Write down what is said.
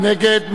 מי נמנע?